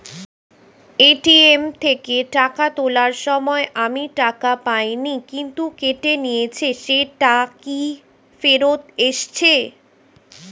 ATM থেকে টাকা তোলার সময় আমি টাকা পাইনি কিন্তু কেটে নিয়েছে সেটা কি ফেরত এসেছে?